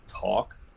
talk